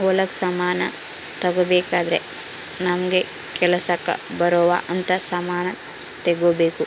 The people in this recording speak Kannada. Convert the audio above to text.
ಹೊಲಕ್ ಸಮಾನ ತಗೊಬೆಕಾದ್ರೆ ನಮಗ ಕೆಲಸಕ್ ಬರೊವ್ ಅಂತ ಸಮಾನ್ ತೆಗೊಬೆಕು